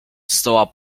stała